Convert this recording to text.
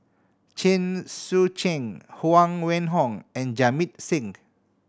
Chen Sucheng Huang Wenhong and Jamit Singh